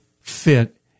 fit